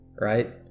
right